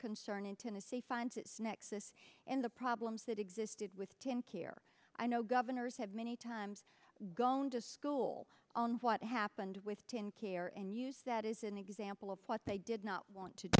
concern in tennessee finds its nexus in the problems that existed with didn't hear i know governors have many times gone to school on what happened with to in care and use that as an example of what they did not want to